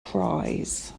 cries